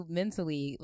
mentally